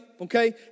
okay